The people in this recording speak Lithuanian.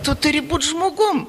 tu turi būt žmogum